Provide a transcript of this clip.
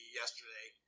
yesterday